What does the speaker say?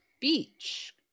Beach